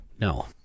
No